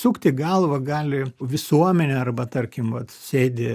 sukti galvą gali visuomenė arba tarkim vat sėdi